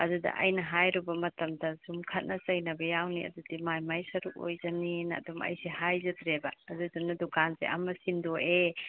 ꯑꯗꯨꯗ ꯑꯩꯅ ꯍꯥꯏꯔꯨꯕ ꯃꯇꯝꯗ ꯁꯨꯝ ꯈꯠꯅ ꯆꯩꯅꯕ ꯌꯥꯎꯅꯤ ꯑꯗꯨꯗꯤ ꯃꯥꯒꯤ ꯃꯥꯒꯤ ꯁꯔꯨꯛ ꯑꯣꯏꯖꯒꯅꯦꯅ ꯑꯗꯨꯝ ꯑꯩꯁꯦ ꯍꯥꯏꯖꯗ꯭ꯔꯦꯕ ꯑꯗꯨꯗꯨꯅ ꯗꯨꯀꯥꯟꯁꯦ ꯑꯃ ꯁꯤꯟꯗꯣꯛꯑꯦ